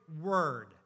word